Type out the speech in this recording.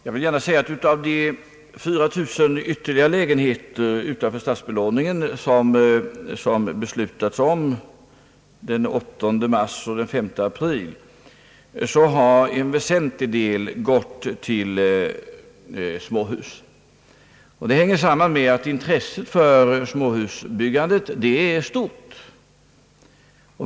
Herr talman! Av de 4 000 ytterligare lägenheter utanför statsbelåningen, som det har beslutats om den 8 mars och 5 april, har en väsentlig del gått till småhus. Det sammanhänger med att intresset för småhusbyggande är stort.